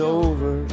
over